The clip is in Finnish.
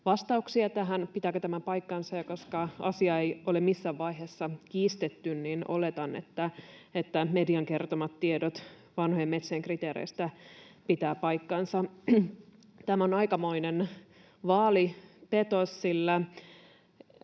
vastauksia tähän, pitääkö tämä paikkansa. Koska asiaa ei ole missään vaiheessa kiistetty, niin oletan, että median kertomat tiedot vanhojen metsien kriteereistä pitävät paikkansa. Tämä on aikamoinen vaalipetos, sillä